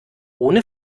ohne